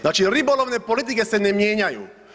Znači ribolovne politike se ne mijenjaju.